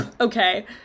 Okay